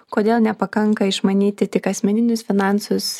kodėl nepakanka išmanyti tik asmeninius finansus